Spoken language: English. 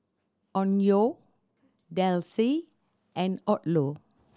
Onkyo Delsey and Odlo